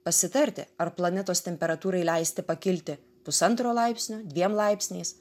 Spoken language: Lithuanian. pasitarti ar planetos temperatūrai leisti pakilti pusantro laipsnio dviem laipsniais